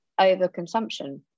overconsumption